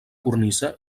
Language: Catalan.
cornisa